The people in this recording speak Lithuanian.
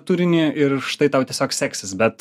turinį ir štai tau tiesiog seksis bet